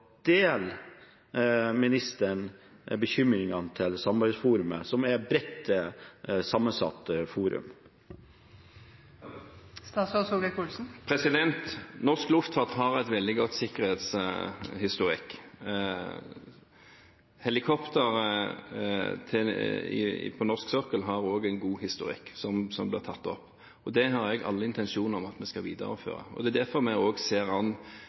Deler ministeren bekymringene til samarbeidsforumet, som er et bredt sammensatt forum? Norsk luftfart har en veldig god sikkerhetshistorikk. Helikopter på norsk sokkel har også en god historikk, som ble tatt opp. Det har jeg alle intensjoner om at vi skal videreføre. Det er derfor vi også ser an